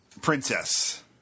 princess